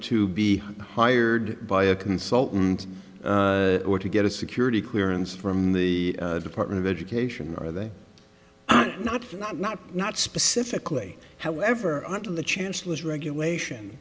to be hired by a consultant or to get a security clearance from the department of education are they not not not not specifically however the chancellor is regulation